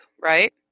right